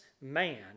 man